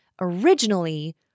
originally